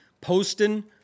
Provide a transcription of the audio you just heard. Poston